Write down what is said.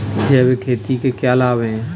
जैविक खेती के क्या लाभ हैं?